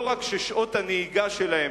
לא רק ששעות הנהיגה שלהם,